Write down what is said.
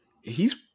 He's-